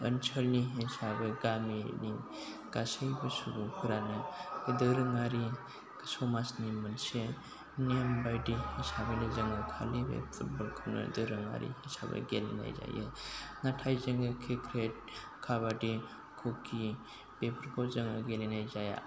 ओनसोलनि हिसाबै गामिनि गासैबो सुबुंफोरानो दोरोङारि समाजनि मोनसे नियम बायदि हिसाबैल' जोङो खालि बे फुटबलखौनो दोरोङारि हिसाबै गेलेनाय जायो नाथाय जोङो क्रिकेट काबादि कुकि बेफोरखौ जों गेलेनाय जाया